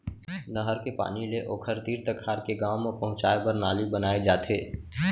नहर के पानी ले ओखर तीर तखार के गाँव म पहुंचाए बर नाली बनाए जाथे